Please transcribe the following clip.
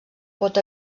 pot